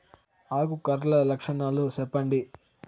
ఆకు కర్ల లక్షణాలు సెప్పండి